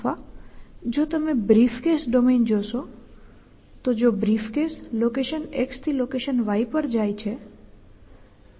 અથવા જો તમે બ્રીફકેસ ડોમેન જોશો તો જો બ્રીફકેસ લોકેશન X થી લોકેશન Y પર જાય છે